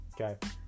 okay